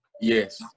Yes